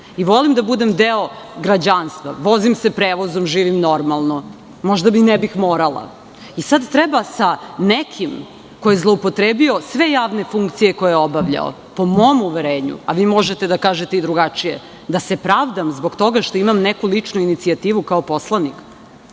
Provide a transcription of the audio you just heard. i volim da budem deo građanstva. Vozim se prevozom i živim normalno, a možda i ne bih morala. Sada treba nekom ko je zloupotrebio sve javne funkcije koje je obavljao, po mom uverenju, a vi možete da kažete i drugačije, da se pravdam zbog toga što imam neku ličnu inicijativu kao poslanik